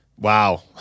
Wow